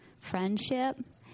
friendship